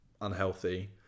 unhealthy